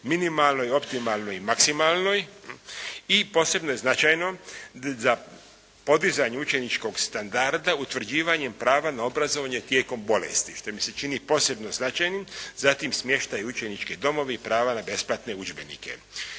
minimalnoj, optimalnoj i maksimalnoj, i posebno je značajno za podizanje učeničkog standarda utvrđivanjem prava na obrazovanje tijekom bolesti, što mi se čin posebno značajnim, zatim smještaj u učeničke domove i prava na besplatne udžbenike.